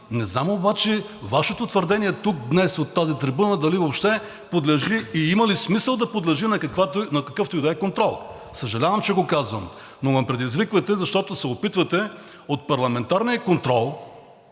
Не знам обаче Вашето твърдение тук, днес, от тази трибуна дали въобще подлежи и има ли смисъл да подлежи на какъвто и да е контрол. Съжалявам, че го казвам, но ме предизвиквате, защото се опитвате в парламентарния контрол